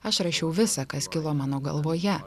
aš rašiau visą kas kilo mano galvoje